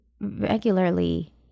regularly